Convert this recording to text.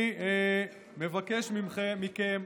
אני מבקש מכם,